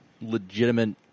legitimate